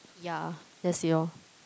yeah that's it lor